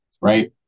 right